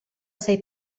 sei